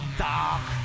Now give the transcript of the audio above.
dark